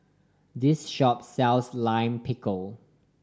this shop sells Lime Pickle